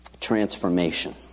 Transformation